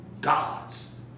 gods